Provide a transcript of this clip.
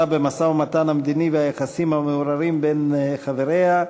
במשא-ומתן המדיני והיחסים המעורערים בין חבריה,